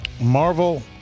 Marvel